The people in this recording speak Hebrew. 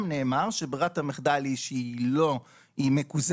נאמר שברירת המחדל היא שהיא לא מקוזזת,